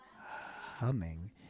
humming